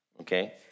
Okay